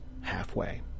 halfway